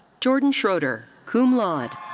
jordyn schroeder, cum laude.